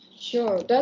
Sure